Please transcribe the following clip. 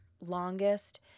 longest